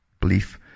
belief